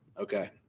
Okay